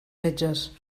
metges